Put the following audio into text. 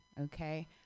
okay